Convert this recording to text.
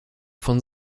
von